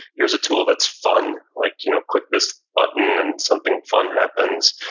here's a tool that's fun, like you know click this button and something fun happens.